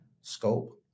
scope